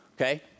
okay